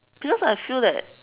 because I feel that